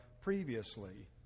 previously